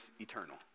eternal